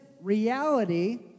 reality